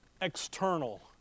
External